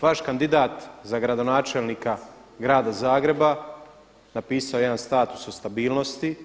Vaš kandidat za gradonačelnika grada Zagreba napisao je jedan status o stabilnosti.